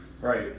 Right